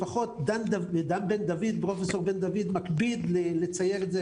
לפחות פרופ' דן בן דוד מקפיד לציין את זה